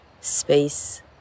space